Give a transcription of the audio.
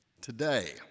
Today